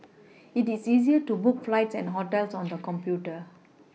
it is easier to book flights and hotels on the computer